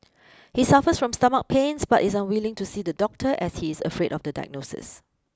he suffers from stomach pains but is unwilling to see the doctor as he is afraid of the diagnosis